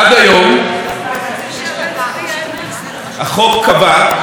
החוק קבע שיבואן,